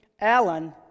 Alan